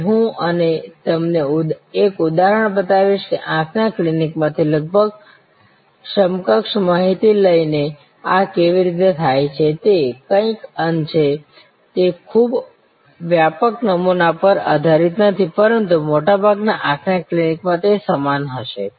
હવે હું તમને એક ઉદાહરણ બતાવીશ કે આંખના ક્લિનિકમાંથી લગભગ સમકક્ષ માહિતી લઈને આ કેવી રીતે થાય છે તે કંઈક અંશે તે ખૂબ વ્યાપક નમૂના પર આધારિત નથી પરંતુ મોટાભાગના આંખના ક્લિનિક્સમાં તે સમાન હશે